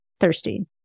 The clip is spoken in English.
thirsty